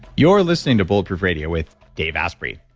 you're listening to bulletproof radio with dave asprey.